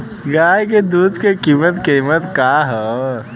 गाय क दूध क कीमत का हैं?